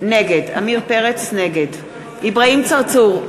נגד אברהים צרצור,